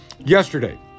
Yesterday